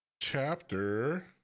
chapter